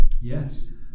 Yes